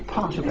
part of it.